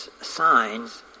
signs